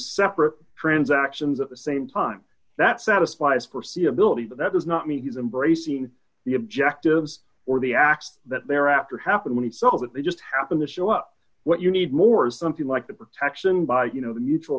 separate transactions at the same time that satisfies percey ability but that does not mean he's embracing the objectives or the acts that they're after happened when he saw that they just happen to show up what you need more something like the protection by you know the mutual